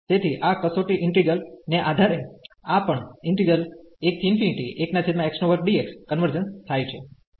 તેથી આ કસોટી ઈન્ટિગ્રલ ને આધારે આ પણ કન્વર્જન્સ થાય છે